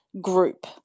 group